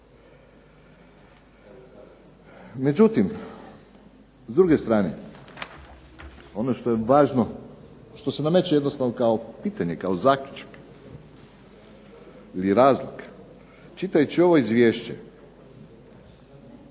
Međutim, s druge strane ono što je važno što se nameće kao pitanje, kao zaključak ili razlog. Čitajući ovo izvješće,